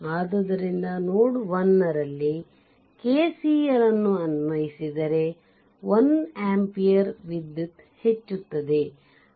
ಆದ್ದರಿಂದ ನೋಡ್ 1 ರಲ್ಲಿ KCL ನ್ನು ಅನ್ವಯಿಸದರೆ 1 ampere ವಿದ್ಯುತ್ ಹೆಚ್ಚುತ್ತದೆ